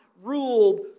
ruled